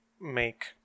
make